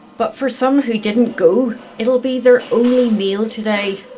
but for some who didn't go, it will be their only meal today.